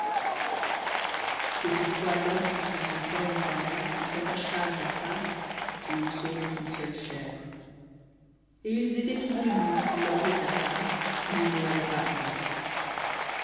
c'est pourquoi l'homme quittera son père et sa mère et s'attachera à sa femme et ils seront une seule chair et ils étaient tous deux nus l'homme et sa femme et ils n'en avaient pas honte